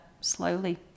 slowly